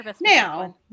now